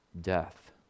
death